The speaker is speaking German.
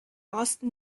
osten